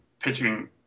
pitching